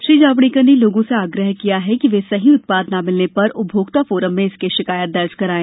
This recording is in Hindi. श्री जावडेकर ने लोगों से आग्रह किया के वे सही उत्पाद न मिलने पर उपभोक्ता फोरम में इसकी शिकायत करें